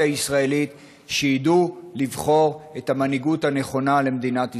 הישראלית שידעו לבחור את המנהיגות הנכונה למדינת ישראל.